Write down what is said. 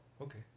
okay